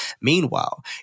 Meanwhile